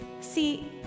See